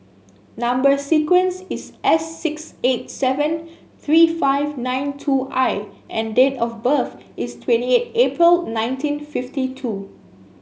number sequence is S six eight seven three five nine two I and date of birth is twenty eight April nineteen fifty two